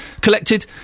collected